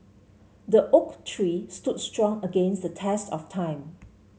the oak tree stood strong against the test of time